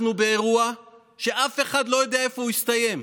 אנחנו באירוע שאף אחד לא יודע איפה הוא יסתיים,